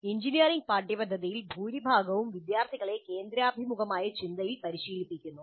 engineering പാഠ്യപദ്ധതിയിൽ ഭൂരിഭാഗവും വിദ്യാർത്ഥികളെ കേന്ദ്രാഭിമുഖമായ ചിന്തയിൽ പരിശീലിപ്പിക്കുന്നു